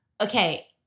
okay